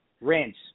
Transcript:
rinse